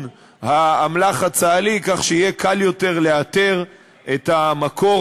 האמל"ח הצה"לי כך שיהיה קל יותר לאתר את המקור,